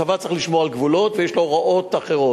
צבא צריך לשמור על גבולות, ויש לו הוראות אחרות,